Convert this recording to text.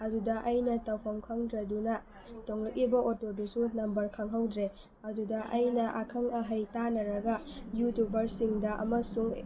ꯑꯗꯨꯗ ꯑꯩꯅ ꯇꯧꯐꯝ ꯈꯪꯗ꯭ꯔꯗꯨꯅ ꯇꯣꯡꯂꯛꯏꯕ ꯑꯣꯇꯣꯗꯨꯁꯨ ꯅꯝꯕꯔ ꯈꯪꯍꯧꯗ꯭ꯔꯦ ꯑꯗꯨꯗ ꯑꯩꯅ ꯑꯈꯪ ꯑꯍꯧ ꯇꯥꯟꯅꯔꯒ ꯌꯨꯇ꯭ꯌꯨꯕꯔꯁꯤꯡꯗ ꯑꯃꯁꯨꯡ